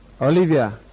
Olivia